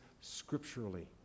scripturally